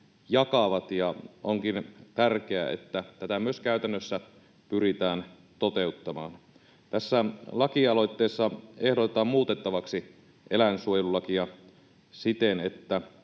jakavat, ja onkin tärkeää, että tätä myös käytännössä pyritään toteuttamaan. Tässä lakialoitteessa ehdotetaan muutettavaksi eläinsuojelulakia siten, että